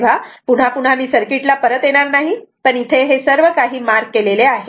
तेव्हा पुन्हा पुन्हा मी सर्किट ला परत येणार नाही पण इथे सर्व काही मार्क केलेले आहे